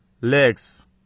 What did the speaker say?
legs